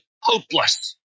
hopeless